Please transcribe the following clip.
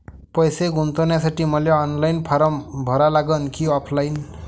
पैसे गुंतन्यासाठी मले ऑनलाईन फारम भरा लागन की ऑफलाईन?